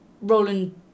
Roland